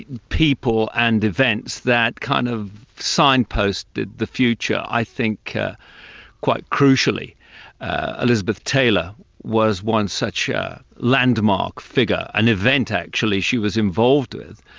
people and events, that kind of signposted the future. i think quite crucially elizabeth taylor was one such landmark figure, an event actually she was involved with,